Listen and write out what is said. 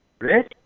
Rich